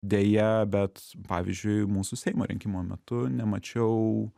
deja bet pavyzdžiui mūsų seimo rinkimo metu nemačiau